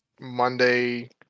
Monday